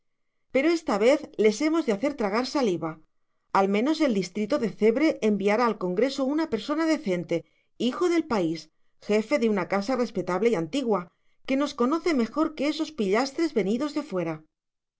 por esta vez les hemos de hacer tragar saliva al menos el distrito de cebre enviará al congreso una persona decente hijo del país jefe de una casa respetable y antigua que nos conoce mejor que esos pillastres venidos de fuera